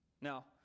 now